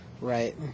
Right